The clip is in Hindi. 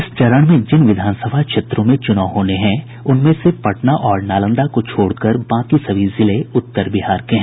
इस चरण में जिन विधानसभा क्षेत्रों में चुनाव होने हैं उनमें से पटना और नालंदा को छोड़कर बाकी सभी जिले उत्तर बिहार के हैं